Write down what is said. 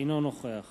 אינו נוכח